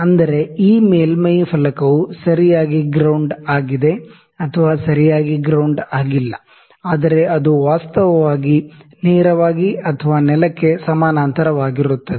ಅಂದರೆ ಈ ಮೇಲ್ಮೈ ಫಲಕವು ಸರಿಯಾಗಿ ಗ್ರೌಂಡ್ ಆಗಿದೆ ಅಥವಾ ಸರಿಯಾಗಿ ಗ್ರೌಂಡ್ ಆಗಿಲ್ಲ ಆದರೆ ಅದು ವಾಸ್ತವವಾಗಿ ನೇರವಾಗಿ ಅಥವಾ ನೆಲಕ್ಕೆಪ್ಯಾರಲ್ಲಲ್ ಆಗಿರುತ್ತದೆ